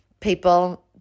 people